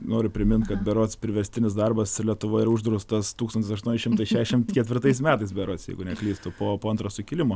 noriu primint kad berods priverstinis darbas lietuvoj yra uždraustas tūkstantis aštuoni šimtai šešim ketvirtais metais berods jeigu neklystu po antro sukilimo